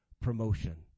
promotion